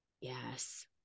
Yes